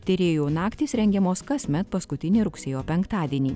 tyrėjų naktys rengiamos kasmet paskutinį rugsėjo penktadienį